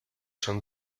son